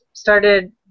started